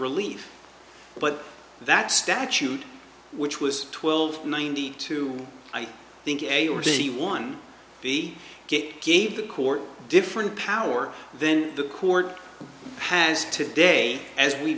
relief but that statute which was twelve ninety two i think in a or b one b get gave the court different power then the court has today as we